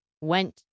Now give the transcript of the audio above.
went